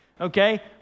okay